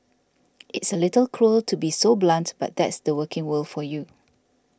it's a little cruel to be so blunt but that's the working world for you